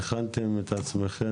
(הקרנת סרטון).